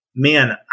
man